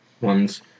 ones